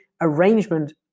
arrangement